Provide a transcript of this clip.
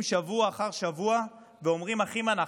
שבוע אחר שבוע ואומרים: אחים אנחנו.